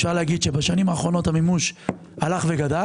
אפשר לומר שבשנים האחרונות המימוש הלך וגדל